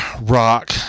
rock